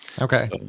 Okay